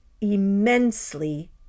immensely